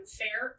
fair